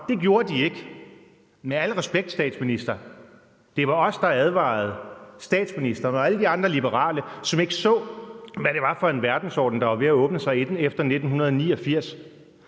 Det gjorde de ikke. Med al respekt, statsminister, var det os, der advarede statsministeren og alle de andre liberale, som ikke så, hvad det var for en verdensorden, der var ved at åbne sig efter 1989.